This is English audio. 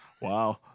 wow